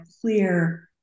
clear